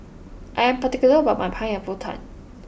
I am particular about my pineapple Tart